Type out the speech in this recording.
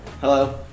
Hello